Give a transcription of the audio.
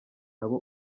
nabo